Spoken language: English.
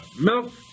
milk